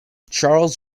charles